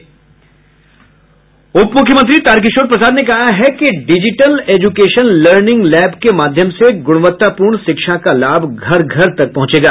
उप मुख्यमंत्री तारकिशोर प्रसाद ने कहा है कि डिजिटल एजुकेशन लर्निंग लैब के माध्यम से गुणवत्तापूर्ण शिक्षा का लाभ घर घर तक पहुंचेगा